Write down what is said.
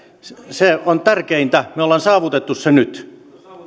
se on tärkeintä me olemme saavuttaneet sen nyt